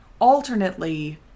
alternately